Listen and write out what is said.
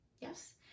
Yes